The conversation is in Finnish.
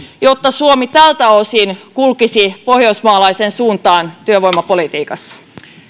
jotta suomi tältä osin kulkisi pohjoismaalaiseen suuntaan työvoimapolitiikassa